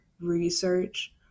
research